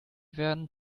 werden